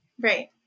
Right